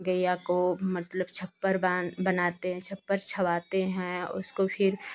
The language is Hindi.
गईया को मतलब छप्पर बांध बनाते हैं छप्पर छवाते हैं उसको फिर